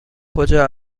کجا